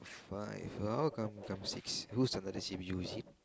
five oh how come become six who's another is it